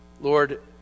Lord